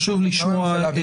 חשוב לשמוע.